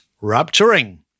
rupturing